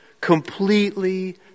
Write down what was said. completely